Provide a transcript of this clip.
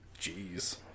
Jeez